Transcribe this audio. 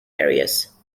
areas